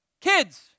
kids